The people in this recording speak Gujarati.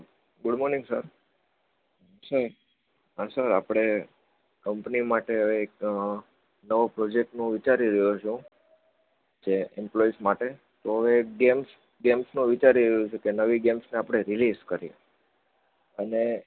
ગુડ મોર્નિંગ સર હા સર આપણે કંપની માટે હવે એક નવો પ્રોજેક્ટનું વિચારી રહ્યો છું જે એમ્પ્લોયસ માટે તો એક ગેમ્સ ગેમ્સનું વિચારી રહ્યો છું કે નવી ગેમ્સને આપણે રિલીઝ કરીએ અને